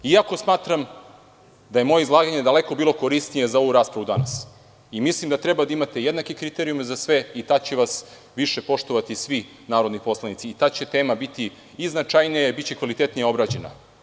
Iako smatram da je moje izlaganje daleko bilo korisnije za ovu raspravu danas, mislim da treba da imate jednake kriterijume za sve i tada će vas više poštovati svi narodni poslanici i tada će tema biti značajnija i biće kvalitetnije obrađena.